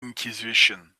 inquisition